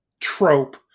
trope